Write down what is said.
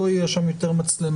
לא יהיה שם יותר מצלמה,